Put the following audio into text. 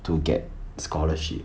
to get scholarship